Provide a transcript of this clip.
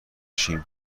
شیم